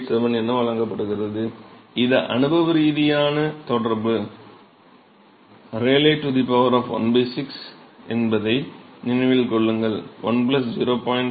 387 என வழங்கப்படுகிறது இது அனுபவ ரீதியான தொடர்பு Ra ⅙ என்பதை நினைவில் கொள்ளுங்கள் 1 0